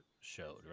showed